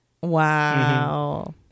wow